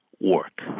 work